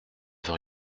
veut